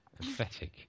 Pathetic